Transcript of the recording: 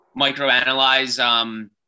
microanalyze